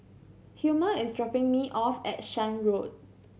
Hilmer is dropping me off at Shan Road